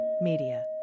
Media